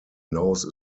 nose